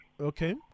Okay